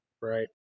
Right